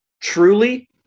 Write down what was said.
truly